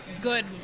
good